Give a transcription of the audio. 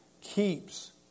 keeps